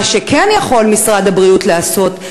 מה שכן יכול משרד הבריאות לעשות,